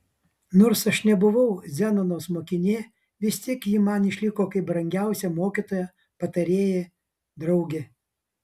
nors aš nebuvau zenonos mokinė vis tik ji man išliko kaip brangiausia mokytoja patarėja draugė